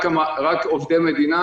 רק עובדי מדינה